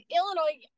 Illinois